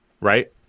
Right